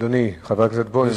אדוני חבר הכנסת בוים,